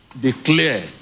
declare